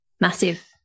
Massive